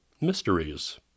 mysteries